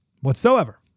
whatsoever